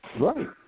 Right